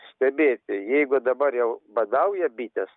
stebėti jeigu dabar jau badauja bitės